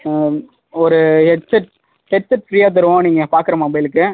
ஒரு headset headset ஃப்ரீயாக தருவோம் நீங்கள் பார்க்குற மொபைலுக்கு